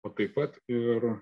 o taip pat ir